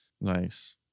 Nice